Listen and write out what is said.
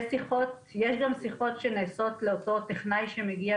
יש גם שיחות שנעשות לאותו טכנאי שמגיע,